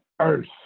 earth